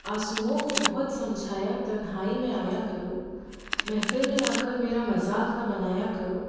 ऑंसुओं को बहुत समझाया तन्हाई में आया करो महफ़िल में आ कर मेरा मज़ाक ना बनाया करो